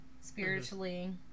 Spiritually